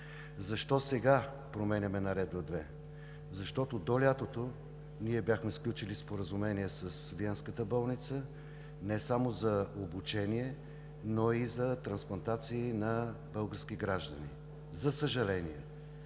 Защо сега променяме Наредба № 2? Защото до лятото ние бяхме сключили Споразумение с Виенската болница не само за обучение, но и за трансплантации на български граждани. За съжаление,